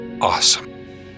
awesome